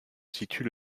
situe